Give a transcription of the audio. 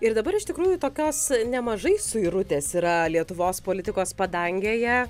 ir dabar iš tikrųjų tokios nemažai suirutės yra lietuvos politikos padangėje